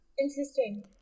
Interesting